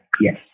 yes